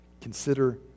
Consider